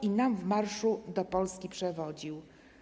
I nam w marszu do Polski przewodził.